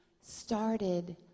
started